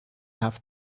have